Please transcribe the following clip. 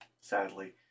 sadly